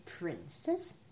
princess